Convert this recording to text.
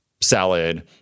salad